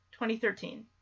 2013